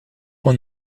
when